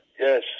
Yes